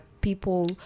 people